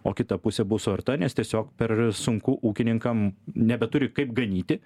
o kita pusė bus suarta nes tiesiog per sunku ūkininkam nebeturi kaip ganyti